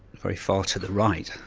very far to the right,